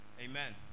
Amen